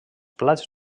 plats